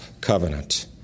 Covenant